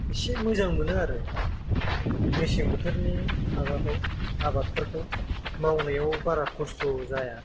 एसे मोजां मोनो आरो मेसें बोथोरनि माबाखौ आबादफोरखौ मावनायाव बारा खस्थ' जाया